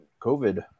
COVID